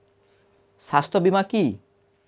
স্বাস্থ্য বীমা কি?